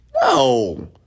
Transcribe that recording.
No